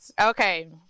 Okay